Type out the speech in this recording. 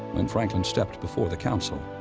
when franklin stepped before the council,